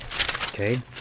Okay